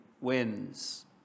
wins